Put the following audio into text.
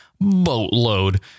boatload